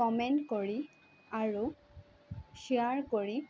comment কৰি আৰু share কৰি